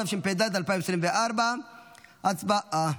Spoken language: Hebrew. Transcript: התשפ"ד 2024. הצבעה.